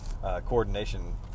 coordination